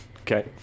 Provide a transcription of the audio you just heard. Okay